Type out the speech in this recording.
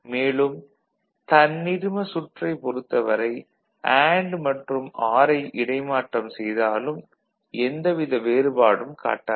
மேலும் தன்னிரும சுற்றைப் பொறுத்த வரை அண்டு மற்றும் ஆர் ஐ இடைமாற்றம் செய்தாலும் எந்த வித வேறுபாடும் காட்டாது